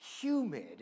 humid